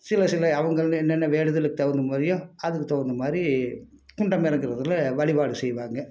சில சில அவங்கள் என்னென்ன வேண்டுதலுக்கு தகுந்தமாதிரியோ அதுக்கு தகுந்தமாதிரி குண்டம் இறங்குறதுல வழிபாடு செய்வாங்க